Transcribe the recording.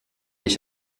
ich